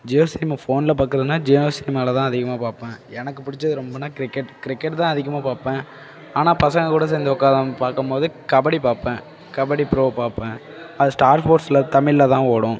Jio cinema ஃபோனில் பார்க்குறதுன்னா ஜியோ சினிமாவிலதான் அதிகமாக பார்ப்பேன் எனக்கு பிடிச்சது ரொம்பன்னா கிரிக்கெட் கிரிக்கெட் தான் அதிகமாக பார்ப்பேன் ஆனால் பசங்க கூட சேர்ந்து உக்காந் பார்க்கம்போது கபடி பார்ப்பேன் கபடி ப்ரோ பார்ப்பேன் அது ஸ்டார் ஸ்போர்ட்ஸில் தமிழில் தான் ஓடும்